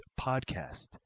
podcast